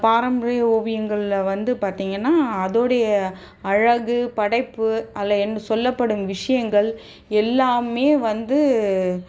பாரம்பரிய ஓவியங்களில் வந்து பார்த்தீங்கன்னா அதோடய அழகு படைப்பு அதில் என் சொல்லப்படும் விஷயங்கள் எல்லாமே வந்து